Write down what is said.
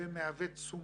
ונקבל.